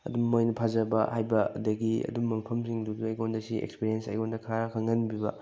ꯑꯗꯨꯃꯥꯏꯅ ꯐꯖꯕ ꯍꯥꯏꯕ ꯑꯗꯒꯤ ꯑꯗꯨꯝꯕ ꯃꯐꯝꯁꯤꯡꯗꯨꯗ ꯑꯩꯉꯣꯟꯗ ꯁꯤ ꯑꯦꯛꯁꯄꯤꯔꯤꯌꯦꯟꯁ ꯑꯩꯉꯣꯟꯗ ꯈꯔ ꯈꯪꯍꯟꯕꯤꯕ